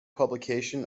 publication